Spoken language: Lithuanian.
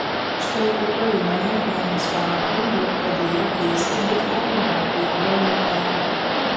štai ukrainoje vienas bankų jau pradėjo keisti bitkoiną kaip valiutą